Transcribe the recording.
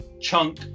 chunk